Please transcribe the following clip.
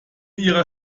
ihrer